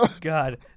God